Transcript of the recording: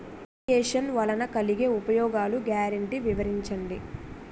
Irrigation వలన కలిగే ఉపయోగాలు గ్యారంటీ వివరించండి?